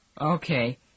Okay